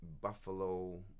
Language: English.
buffalo